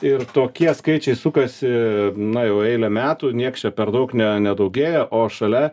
ir tokie skaičiai sukasi na jau eilę metų nieks čia per daug ne nedaugėja o šalia